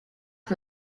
que